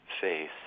faith